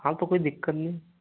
हाँ तो कोई दिक्कत नहीं है